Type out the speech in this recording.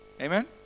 Amen